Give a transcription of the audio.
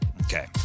Okay